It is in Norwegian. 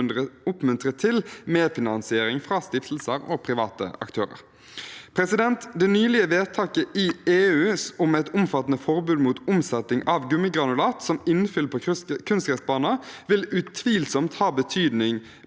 oppmuntre til medfinansiering fra stiftelser og private aktører. Det nylige vedtaket i EU om et omfattende forbud mot omsetning av gummigranulat som innfyll på kunstgressbaner vil utvilsomt ha betydelige